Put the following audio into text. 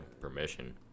permission